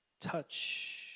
touch